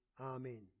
Amen